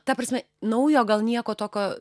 ta prasme naujo gal nieko tokio